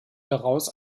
daraus